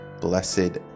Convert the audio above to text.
blessed